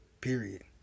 Period